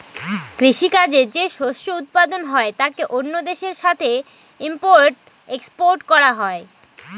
কৃষি কাজে যে শস্য উৎপাদন হয় তাকে অন্য দেশের সাথে ইম্পোর্ট এক্সপোর্ট করা হয়